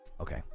Okay